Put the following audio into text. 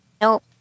Nope